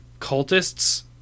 cultists